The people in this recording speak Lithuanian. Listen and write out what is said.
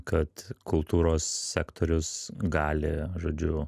kad kultūros sektorius gali žodžiu